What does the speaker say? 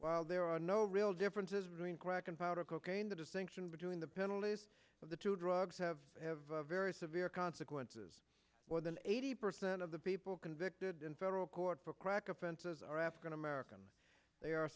while there are no real differences between crack and powder cocaine the distinction between the penalties of the two drugs have very severe consequences more than eighty percent of the people convicted in federal court for crack offenses are african american they are